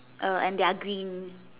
err and their green